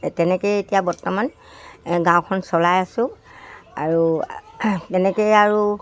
তেনেকেই এতিয়া বৰ্তমান গাঁওখন চলাই আছোঁ আৰু তেনেকেই আৰু